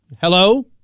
hello